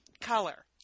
color